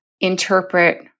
interpret